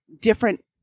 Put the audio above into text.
different